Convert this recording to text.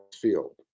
field